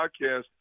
podcast